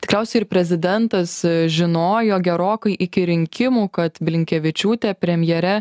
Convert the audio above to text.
tikriausia ir prezidentas žinojo gerokai iki rinkimų kad blinkevičiūtė premjere